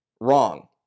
Wrong